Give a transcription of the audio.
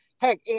Heck